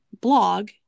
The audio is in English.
blog